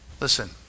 Listen